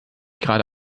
gerade